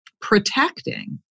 protecting